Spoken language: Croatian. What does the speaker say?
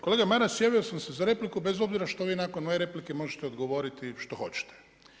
Kolega Maras javio sam se za repliku bez obzira što vi nakon moje replike možete odgovoriti što hoćete.